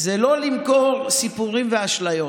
זה לא למכור סיפורים ואשליות.